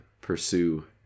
pursue